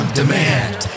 demand